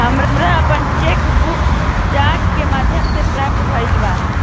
हमरा आपन cheque book डाक के माध्यम से प्राप्त भइल ह